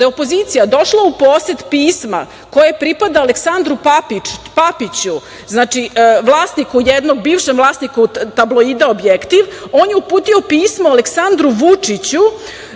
da je opozicija došla u posed pisma koje je pripada Aleksandru Papiću, znači vlasniku jednom, bivšem vlasniku tabloida „Objektiv“. On je uputio pismo Aleksandru Vučiću